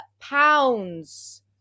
pounds